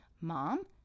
Mom